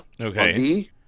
Okay